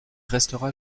restera